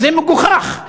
זה מגוחך.